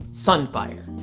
sunfire.